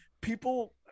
people